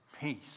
Peace